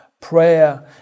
Prayer